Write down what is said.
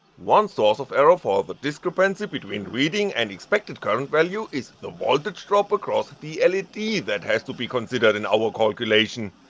one source of error for the discrepancy between reading and expected current value is the voltage drop across the led that has to be considered in our calculation.